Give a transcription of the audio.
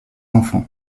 enfants